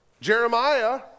Jeremiah